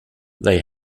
they